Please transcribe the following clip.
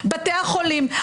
בתי החולים,